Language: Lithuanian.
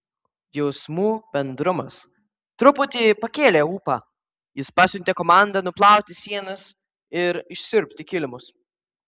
jausmų bendrumas truputį pakėlė ūpą jis pasiuntė komandą nuplauti sienas ir išsiurbti kilimus